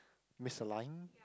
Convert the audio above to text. misalign